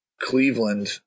Cleveland